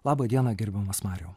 laba diena gerbiamas mariau